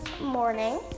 morning